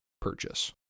purchase